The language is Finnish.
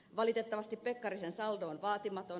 valitettavasti pekkarisen saldo on vaatimaton